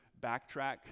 backtrack